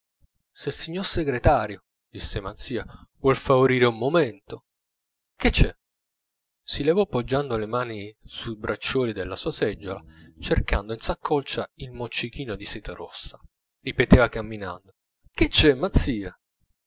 se il signor segretario disse mazzia vuol favorire un momento che c'è si levò poggiando le mani sui bracciuoli della sua seggiola cercando in saccoccia il moccichino di seta rossa ripeteva camminando che c'è mazzia